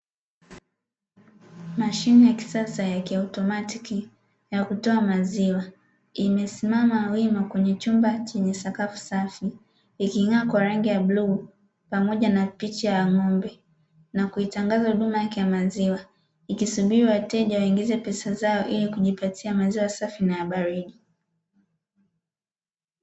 Mashine ya kisasa ya Kiotomatiki ya kutoa maziwa imesimama wima kwenye chumba chenye sakafu safi, iking'aa kwa rangi ya bluu pamoja na picha ya ng'ombe na kuitangaza huduma yake ya maziwa. Ikisubiri wateja waingize pesa zao ili kujipatia maziwa safi na yabaridi.